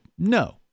No